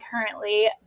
currently